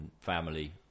family